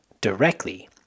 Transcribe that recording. directly